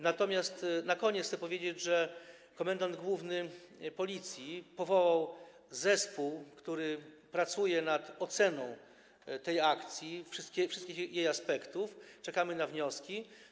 Na koniec chcę powiedzieć, że komendant główny Policji powołał zespół, który pracuje nad oceną tej akcji, wszystkich jej aspektów, i czekamy na wnioski.